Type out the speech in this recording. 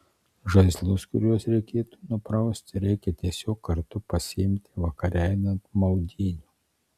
žaislus kuriuos reikėtų nuprausti reikia tiesiog kartu pasiimti vakare einant maudynių